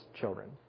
children